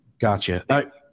Gotcha